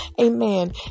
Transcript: Amen